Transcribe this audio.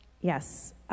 Yes